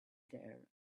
there